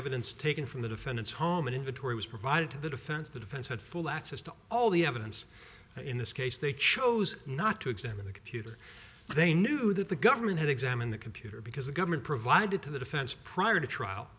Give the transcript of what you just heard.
evidence taken from the defendant's home an inventory was provided to the defense the defense had full access to all the evidence in this case they chose not to examine the computer they knew that the government had examined the computer because the government provided to the defense prior to trial